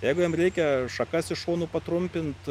jeigu jam reikia šakas iš šonų patrumpint